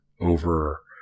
over